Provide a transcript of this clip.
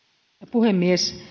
puhemies